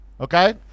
okay